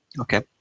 Okay